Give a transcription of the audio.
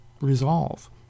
resolve